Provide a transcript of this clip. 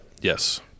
Yes